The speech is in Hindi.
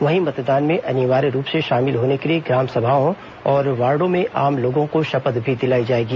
वहीं मतदान में अनिवार्य रूप से शामिल होने को लिए ग्राम सभाओं और वार्डो में आम लोगों को शपथ भी दिलायी जाएगी